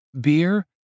beer